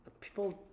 people